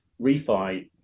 Refi